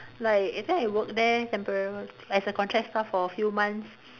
like I think I work there temporary like as a contract staff for a few months